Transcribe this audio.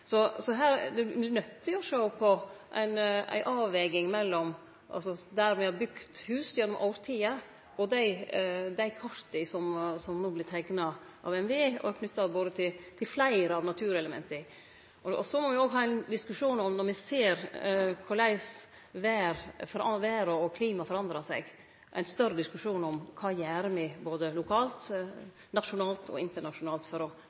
til å sjå på ei avveging mellom dei områda der me har bygt hus gjennom tiår, og dei karta som no vert teikna av NVE knytte til fleire av naturelementa. Så må me òg ha ein større diskusjon når me ser korleis vêr og klima forandrar seg, om kva me gjer både lokalt, nasjonalt og internasjonalt for å